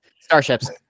Starships